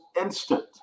instant